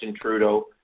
Trudeau